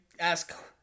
Ask